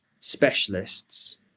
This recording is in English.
specialists